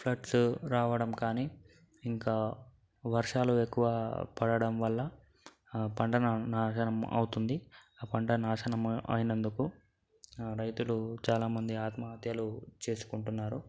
floods రావడం కానీ ఇంకా వర్షాలు ఎక్కువ పడడం వల్ల ఆ పంటను నాశనం అవుతుంది ఆ పంట నాశనం అయినందుకు రైతులు చాలా మంది ఆత్మహత్యలు చేసుకుంటున్నారు